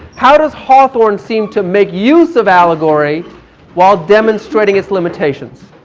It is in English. how does hawthorn seem to make use of allegory while demonstrating it's limitations?